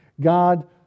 God